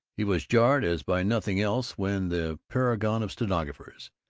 he was jarred as by nothing else when the paragon of stenographers,